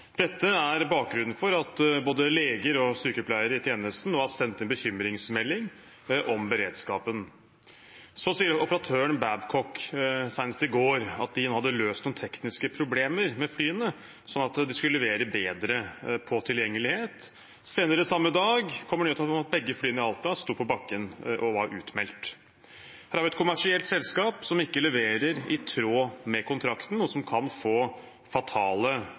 Dette er bakgrunnen for at både leger og sykepleiere i tjenesten nå har sendt inn bekymringsmelding om beredskapen. Så har operatøren, Babcock, senest i går, sagt at de hadde løst noen tekniske problemer med flyene, sånn at de skulle levere bedre på tilgjengelighet. Senere samme dag kom nyheten om at begge flyene i Alta sto på bakken og var utmeldt – fra et kommersielt selskap som ikke leverer i tråd med kontrakten, noe som kan få fatale